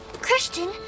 Christian